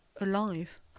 alive